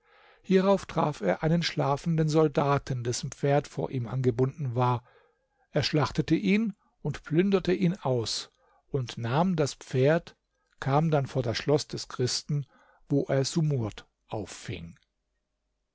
hierauf traf er einen schlafenden soldaten dessen pferd vor ihm angebunden war er schlachtete ihn und plünderte ihn aus und nahm das pferd kam dann vor das schloß des christen wo er sumurd auffing